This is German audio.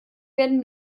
werden